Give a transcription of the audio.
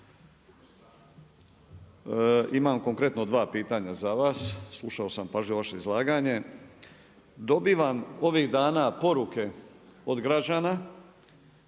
imam konkretno dva pitanja za vas. Slušao sam pažljivo vaše izlaganje. Dobivam ovih dana poruke od građana